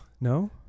No